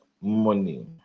money